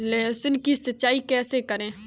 लहसुन की सिंचाई कैसे करें?